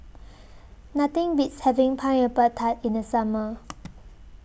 Nothing Beats having Pineapple Tart in The Summer